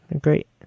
great